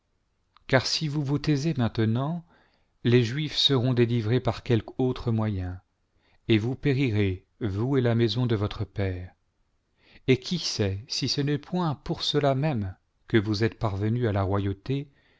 car si vous vous taisez maintenant les juifs seront délivrés par quelque autre moyen et vous périrez vous et la maison de votre père et qui sait si ce n'est point pour cela même que vous êtes parvenue à la royauté